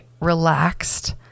relaxed